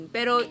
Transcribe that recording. Pero